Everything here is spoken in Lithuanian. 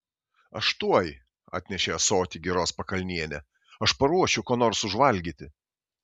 aš tuoj atnešė ąsotį giros pakalnienė aš paruošiu ko nors užvalgyti